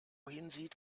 hinsieht